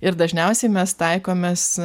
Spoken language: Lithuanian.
ir dažniausiai mes taikomės